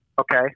okay